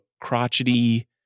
crotchety